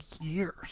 years